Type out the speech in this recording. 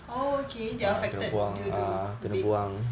oh okay they are affected due to COVID